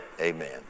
amen